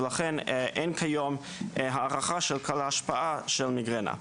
ולכן, אין כיום הערכה של כל ההשפעה של מיגרנה.